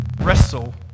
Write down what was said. wrestle